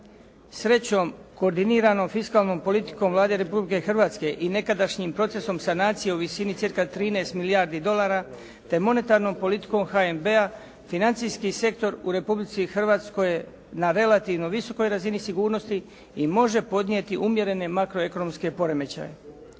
Srećom koordiniranom fiskalnom politikom Vlade Republike Hrvatske i nekadašnjim procesom sanacije u visini cirka 13 milijardi dolara te monetarnom politikom HNB-a financijski sektor u Republici Hrvatskoj je na relativno visokoj razini sigurnosti i može podnijeti umjerene makroekonomske poremećaje.